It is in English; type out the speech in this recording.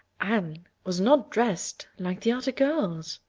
anne was not dressed like the other girls!